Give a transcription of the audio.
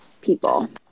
people